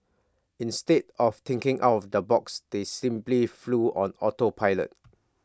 instead of thinking out of the box they simply flew on auto pilot